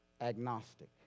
agnostic